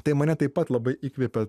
tai mane taip pat labai įkvepia